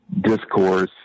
discourse